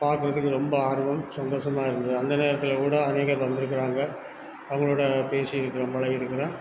பாக்கிறதுக்கு ரொம்ப ஆர்வம் சந்தோஷமா இருந்தது அந்த நேரத்தில் கூட வந்துருக்கிறாங்க அவங்களோட பேசிருக்கிறேன் பழகிருக்குறேன்